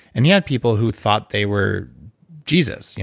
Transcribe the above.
and yet people who thought they were jesus, yeah